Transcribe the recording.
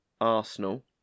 Arsenal